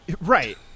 Right